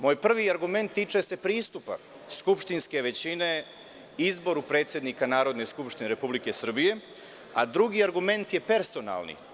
Moj prvi argument tiče se pristupa skupštinske većine izboru predsednika Narodne skupštine Republike Srbije, a drugi argument je personalni.